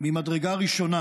ממדרגה ראשונה